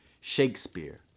Shakespeare